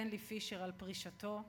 סטנלי פישר על פרישתו,